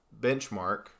benchmark